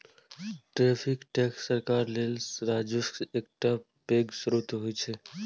tariff tax सरकार लेल राजस्वक एकटा पैघ स्रोत होइ छै